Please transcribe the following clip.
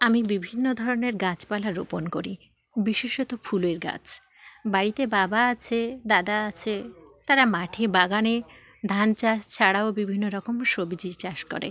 আমি বিভিন্ন ধরনের গাছপালা রোপণ করি বিশেষত ফুলের গাছ বাড়িতে বাবা আছে দাদা আছে তারা মাঠে বাগানে ধান চাষ ছাড়াও বিভিন্ন রকম সবজি চাষ করে